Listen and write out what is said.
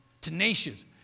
tenacious